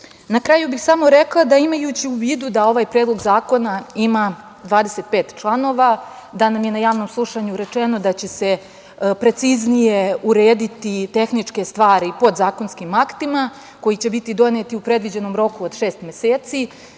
kraju bih samo rekla da imajući u vidu da ovaj Predlog zakona ima 25 članova, da nam je na javnom slušanju rečeno da će se preciznije urediti tehničke stvari podzakonskim aktima koji će biti doneti u predviđenom roku od šest meseci,